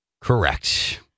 correct